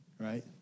right